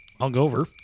hungover